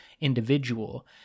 individual